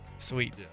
Sweet